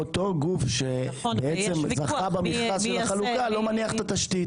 הבעיה היא שאותו גוף שבעצם זכה במכרז של החלוקה לא מניח את התשתית.